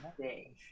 day